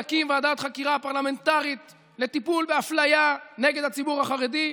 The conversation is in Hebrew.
להקים ועדת חקירה פרלמנטרית לטיפול באפליה נגד הציבור החרדי,